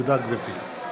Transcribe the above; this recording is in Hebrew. תודה, גברתי.